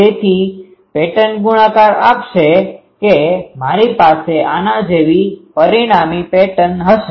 તેથી પેટર્ન ગુણાકાર આપશે કે મારી પાસે આના જેવી પરિણામી પેટર્ન હશે